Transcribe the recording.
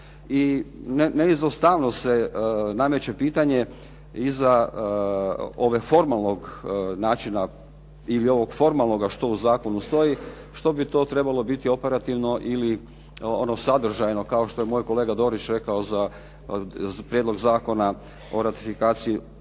I neizostavno se nameće pitanje iza ovog formalnog načina ili ovog formalnoga što u zakonu stoji što bi to trebalo biti operativno ili ono sadržajno kao što je moj kolega Dorić rekao prijedlog zakona o ratifikaciji nešto